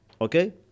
Okay